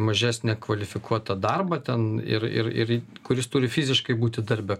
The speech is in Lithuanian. mažesnę kvalifikuotą darbą ten ir ir ir kuris turi fiziškai būti darbe